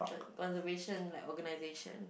conservation like organisation